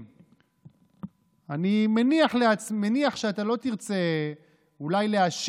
אני דווקא רוצה להתייחס לאחר דברי סגן